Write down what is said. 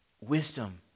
Wisdom